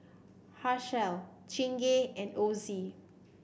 Herschel Chingay and Ozi